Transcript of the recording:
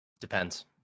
Depends